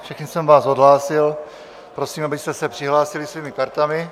Všechny jsem vás odhlásil, prosím, abyste se přihlásili svými kartami.